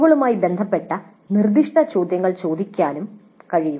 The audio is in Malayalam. സിഒകളുമായി ബന്ധപ്പെട്ട നിർദ്ദിഷ്ടചോദ്യങ്ങൾ ചോദിക്കാനും കഴിയും